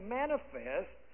manifest